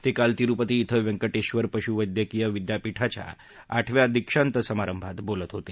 ते काल तिरुपती विं व्यंकटेश्वर पशूचैद्यकीय विद्यापिठाच्या आठव्या दीक्षांत समारंभात बोलत होते